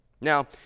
now